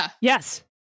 Yes